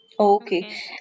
Okay